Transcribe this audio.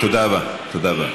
תודה רבה.